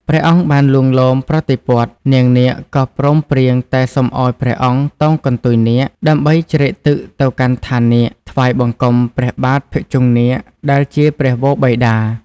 ព្រះអង្គបានលួងលោមប្រតិព័ទ្ធ នាងនាគក៏ព្រមព្រៀងតែសុំឲ្យព្រះអង្គតោងកន្ទុយនាគ ដើម្បីជ្រែកទឹកទៅកាន់ឋាននាគ ថ្វាយបង្គំព្រះបាទភុជង្គនាគដែលជាព្រះវរបិតា ។